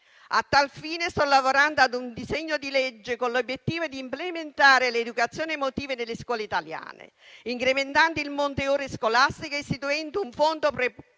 A tal fine, sto lavorando a un disegno di legge con l'obiettivo di implementare l'educazione emotiva nelle scuole italiane, incrementando il monte ore scolastiche e istituendo un fondo preposto